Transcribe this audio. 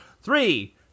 Three